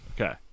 Okay